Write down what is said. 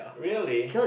really